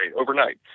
Overnight